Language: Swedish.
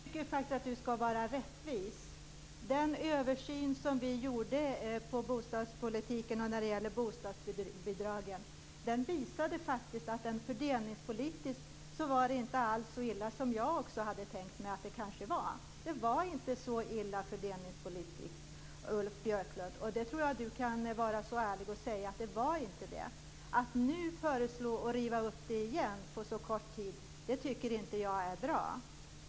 Fru talman! Jag tycker faktiskt att man skall vara rättvis. Den översyn av bostadspolitiken och bostadsbidragen som vi gjorde visade att det fördelningspolitiskt inte alls var så illa som också jag kanske hade trott. Jag hoppas att Ulf Björklund kan vara ärlig och säga att det var inte så. Att nu riva upp det hela igen efter så kort tid är inte bra.